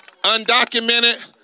undocumented